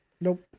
Nope